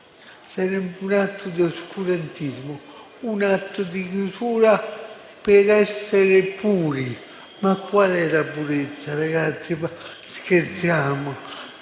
sarebbe un atto di oscurantismo, un atto di chiusura per essere puri. Ma cos'è la purezza, ragazzi? Scherziamo?